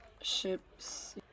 Ships